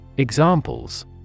Examples